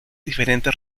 diferentes